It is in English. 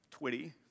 Twitty